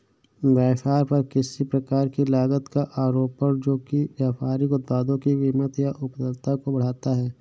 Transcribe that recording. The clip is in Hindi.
व्यापार पर किसी प्रकार की लागत का आरोपण जो कि व्यापारिक उत्पादों की कीमत या उपलब्धता को बढ़ाता है